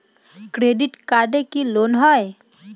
Credit কার্ডে কি loan হয়?